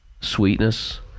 sweetness